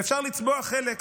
ואפשר לצבוע חלק ולהגיד: